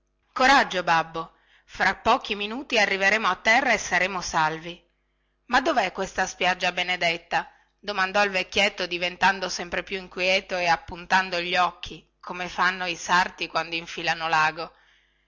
coraggio babbo fra pochi minuti arriveremo a terra e saremo salvi ma dovè questa spiaggia benedetta domandò il vecchietto diventando sempre più inquieto e appuntando gli occhi come fanno i sarti quando infilano lago